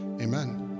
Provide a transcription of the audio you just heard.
Amen